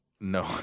no